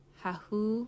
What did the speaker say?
Hahu